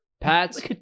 Pats